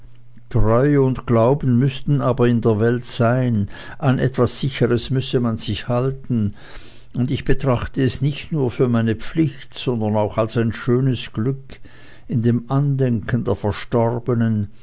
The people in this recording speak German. treue und glauben müßten aber in der welt sein an etwas sicheres müßte man sich halten und ich betrachte es nicht nur für meine pflicht sondern auch als ein schönes glück in dem andenken der verstorbenen